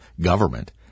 government